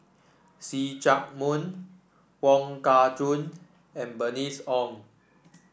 See Chak Mun Wong Kah Chun and Bernice Ong